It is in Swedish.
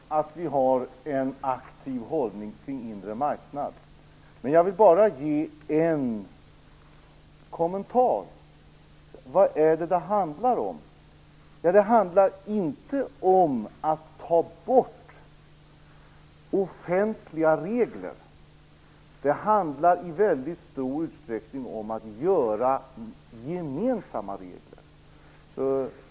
Herr talman! Det är viktigt att vi har en aktiv hållning till en inre marknad. Men jag vill ge en kommentar. Vad är det som det handlar om? Ja, det handlar inte om att ta bort offentliga regler. Det handlar i väldigt stor utsträckning om att göra gemensamma regler.